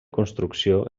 construcció